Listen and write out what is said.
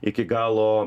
iki galo